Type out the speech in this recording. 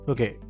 Okay